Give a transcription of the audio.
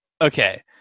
Okay